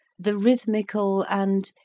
the rhythmical and,